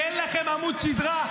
כי אין לכם עמוד שדרה.